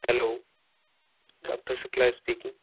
hello doctor Shukla speaking